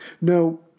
No